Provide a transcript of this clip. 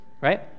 right